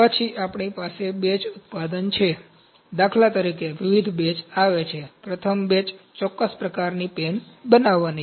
પછી તેઓ આપણી પાસે બેચનું ઉત્પાદન છે દાખલા તરીકે વિવિધ બેચ આવે છે પ્રથમ બેચ ચોક્કસ પ્રકારની પેન બનાવવાની છે